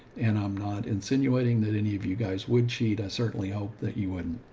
and i'm not insinuating that any of you guys would cheat. i certainly hope that you wouldn't,